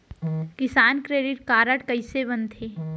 किसान credit card कइसे बनथे?